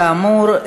כאמור,